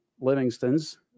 Livingston's